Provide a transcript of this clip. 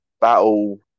battle